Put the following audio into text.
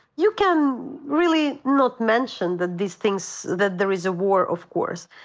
you can really not mention that these things, that there is a war, of course.